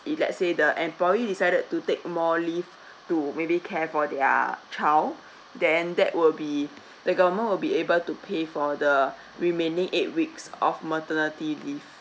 if let's say the employee decided to take more leave to maybe care for their child then that will be the government will be able to pay for the remaining eight weeks of maternity leave